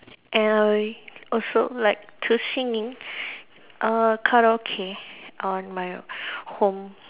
and I also like to singing uh karaoke on my home